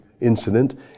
incident